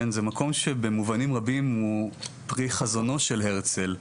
זה מקום שבמובנים רבים הוא פרי חזונו של הרצל,